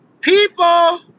People